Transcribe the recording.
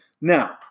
now